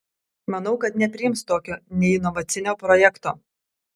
manau kad nepriims tokio neinovacinio projekto